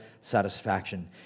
satisfaction